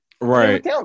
Right